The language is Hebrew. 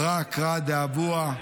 ברא כרעיה דאבוה,